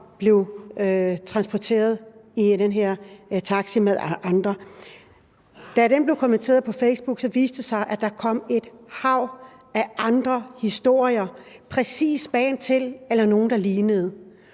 som blev transporteret i den her taxa med andre patienter. Da den sag blev kommenteret på Facebook, viste det sig, at der kom et hav af andre historier præcis magen til eller nogle, der lignede.